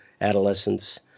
adolescence